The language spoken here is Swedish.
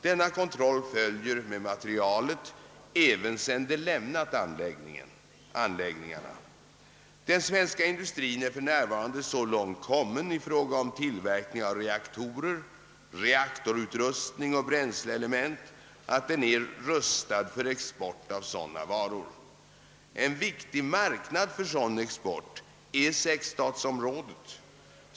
Denna kontroll följer med materialet även sedan det lämnat anläggningarna. Den svenska industrien är för närvarande så långt kommen i fråga om tillverkning av reaktorer, reaktorutrustning och bränsleelement att den är rustad för export av sådana varor. En viktig marknad för sådan export är sexstatsområdet.